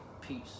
Peace